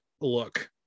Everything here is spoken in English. look